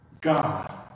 God